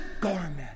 garment